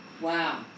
Wow